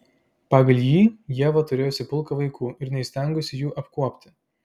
pagal jį ieva turėjusi pulką vaikų ir neįstengusi jų apkuopti